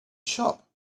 shop